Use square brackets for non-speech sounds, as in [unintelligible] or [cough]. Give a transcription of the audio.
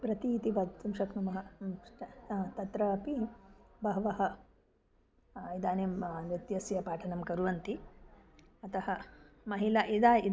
प्रति इति वक्तुं शक्नुमः [unintelligible] तत्र अपि बहवः इदानीं नृत्यस्य पाठनं कुर्वन्ति अतः महिला इदानीं इदानीं